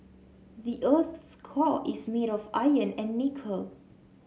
the earth's core is made of iron and nickel